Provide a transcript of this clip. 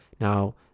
Now